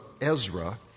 Ezra